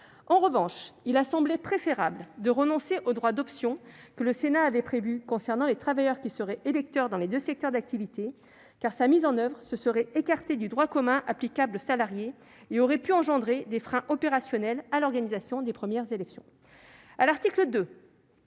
En revanche, il a semblé préférable de renoncer au droit d'option que le Sénat avait prévu concernant les travailleurs qui seraient électeurs dans les deux secteurs d'activité, car sa mise en oeuvre se serait écartée du droit commun applicable aux salariés et aurait pu engendrer des freins opérationnels à l'organisation des premières élections.